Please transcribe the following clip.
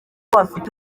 bafite